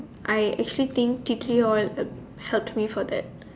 I actually think tea tree oil have helped me for that